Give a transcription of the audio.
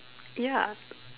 ya